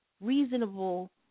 reasonable